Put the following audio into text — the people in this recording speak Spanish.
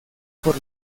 por